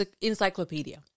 encyclopedia